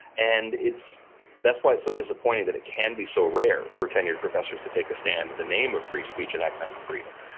and that's why it's so disappointing that it can be so rare for tenured professors to take a stand in the name of free speech and academic freedom.